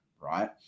right